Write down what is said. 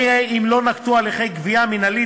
הרי אם לא ננקטו הליכי גבייה מינהליים